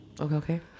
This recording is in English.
Okay